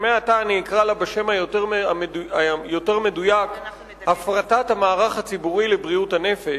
שמעתה אני אקרא לה בשם היותר מדויק "הפרטת המערך הציבורי לבריאות הנפש",